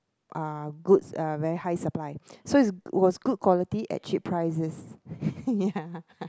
uh goods are very high supply so it was good quality at cheap prices yeah